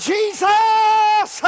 Jesus